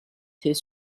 his